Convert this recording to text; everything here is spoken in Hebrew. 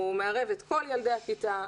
הוא מערב את כל ילדי הכיתה,